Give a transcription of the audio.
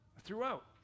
throughout